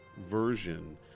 version